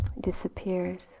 disappears